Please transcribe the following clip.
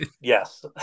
yes